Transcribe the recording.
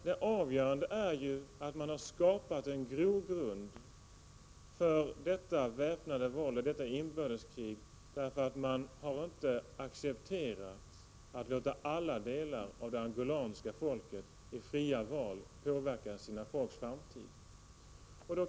Det avgörande är dock att det har skapats en grogrund för detta väpnade våld, detta inbördeskrig, genom att regimen inte har accepterat att alla delar av det angolanska folket har rätt att i fria val påverka sin framtid.